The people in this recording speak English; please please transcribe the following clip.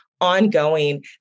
ongoing